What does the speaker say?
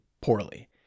poorly